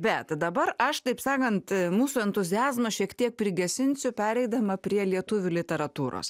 bet dabar aš taip sakant mūsų entuziazmą šiek tiek prigesinsiu pereidama prie lietuvių literatūros